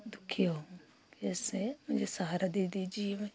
दुखी हूँ कैसे मुझे सहारा दे दीजिए मैं